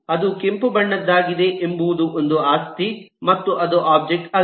ಅದು ಕೆಂಪು ಬಣ್ಣದ್ದಾಗಿದೆ ಎಂಬುದು ಒಂದು ಆಸ್ತಿ ಮತ್ತು ಅದು ಒಬ್ಜೆಕ್ಟ್ ಅಲ್ಲ